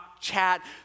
chat